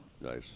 Nice